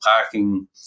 parking